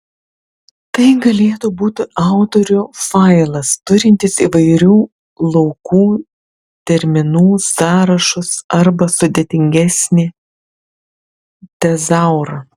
tai galėtų būti autorių failas turintis įvairių laukų terminų sąrašus arba sudėtingesnį tezaurą